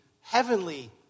heavenly